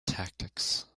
tactics